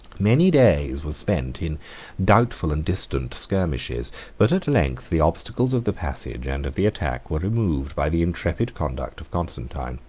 many days were spent in doubtful and distant skirmishes but at length the obstacles of the passage and of the attack were removed by the intrepid conduct of constantine.